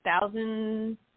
thousand